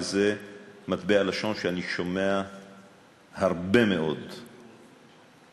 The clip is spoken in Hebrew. וזה מטבע לשון שאני שומע הרבה מאוד כאן,